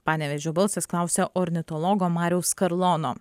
panevėžio balsas klausia ornitologo mariaus karlono